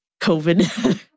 COVID